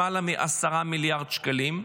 למעלה מ-10 מיליארד שקלים.